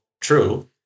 true